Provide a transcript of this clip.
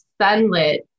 sunlit